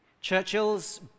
Churchill's